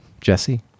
Jesse